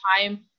time